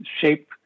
shape